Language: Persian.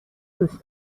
دوست